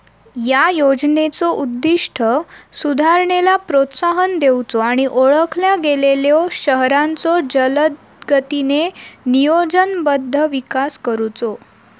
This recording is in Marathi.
या योजनेचो उद्दिष्ट सुधारणेला प्रोत्साहन देऊचो आणि ओळखल्या गेलेल्यो शहरांचो जलदगतीने नियोजनबद्ध विकास करुचो